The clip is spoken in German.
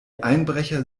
einbrecher